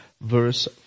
verse